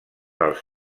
els